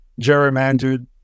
gerrymandered